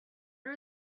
are